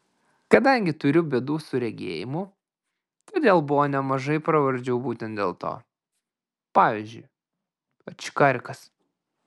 kadangi turiu bėdų su regėjimu todėl buvo nemažai pravardžių būtent dėl to pavyzdžiui ačkarikas